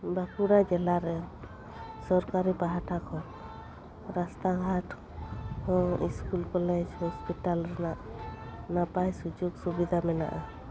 ᱵᱟᱸᱠᱩᱲᱟ ᱡᱮᱞᱟ ᱨᱮ ᱥᱚᱨᱠᱟᱨᱤ ᱯᱟᱦᱴᱟ ᱠᱷᱚᱱ ᱨᱟᱥᱛᱟᱜᱷᱟᱴ ᱦᱚᱸ ᱤᱥᱠᱩᱞ ᱠᱚᱞᱮᱡᱽ ᱦᱟᱸᱥᱯᱟᱛᱟᱞ ᱨᱮᱱᱟᱜ ᱱᱟᱯᱟᱭ ᱥᱩᱡᱳᱜᱽ ᱥᱩᱵᱤᱫᱟ ᱢᱮᱱᱟᱜᱼᱟ